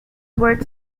word